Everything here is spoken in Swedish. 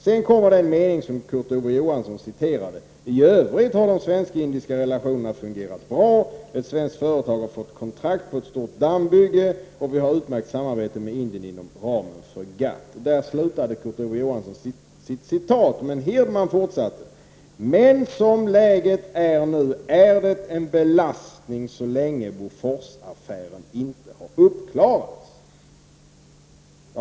Sedan kommer den mening som Kurt Ove Johansson citerade: I övrigt har de svenska Indienrelationerna fungerat bra. Ett svenskt företag har fått kontrakt på ett stort dammbygge, och vi har utmärkt samarbete med Indien inom ramen för GATT. Där slutade Kurt Ove Johansson sitt citat. Men Hirdman fortsatte: Men som läget är nu är det en belastning så länge Boforsaffären inte har uppklarats.